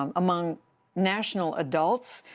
um among national adults,